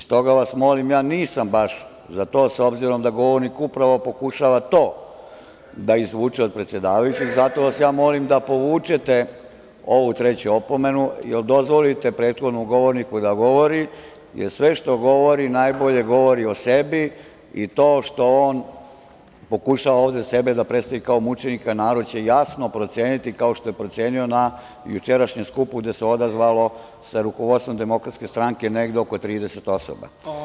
Stoga vas molim, ja nisam baš za to, s obzirom da govornik upravo pokušava to da izvuče od predsedavajućeg, zato vas molim da povučete ovu treću opomenu i da dozvolite prethodnom govorniku da govori, jer sve što govori najbolje govori o sebi i to što on pokušava ovde sebe da predstavi kao mučenika narod će jasno proceniti, kao što je procenio na jučerašnjem skupu gde se odazvalo, sa rukovodstvom DS-a, negde oko 30 osoba.